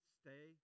stay